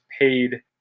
paid